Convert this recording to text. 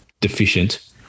deficient